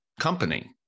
company